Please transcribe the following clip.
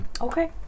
Okay